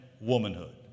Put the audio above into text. womanhood